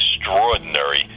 Extraordinary